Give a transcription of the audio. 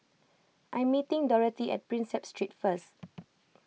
I'm meeting Dorathy at Prinsep Street first